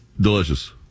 Delicious